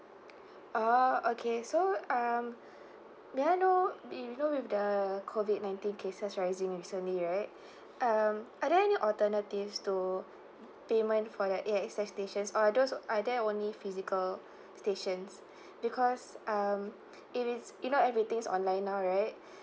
orh okay so um may I know if you know with the COVID nineteen cases rising recently right um are there any alternatives to payment for that A_X_S stations or those were are there only physical stations because um if it's you know everything's online now right